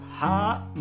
hot